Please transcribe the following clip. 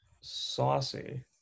saucy